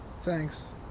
Thanks